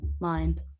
mind